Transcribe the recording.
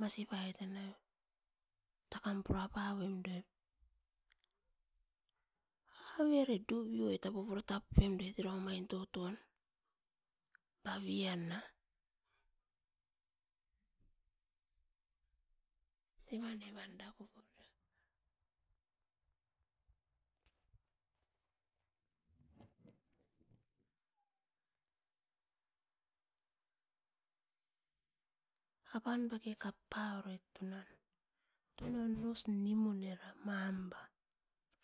masipai tanai takan puraparoim doit avere duvioi tapai totopevait ere omain totom bavian, evan evan koporio apan dake kaparoit tunan nos nimun era mamba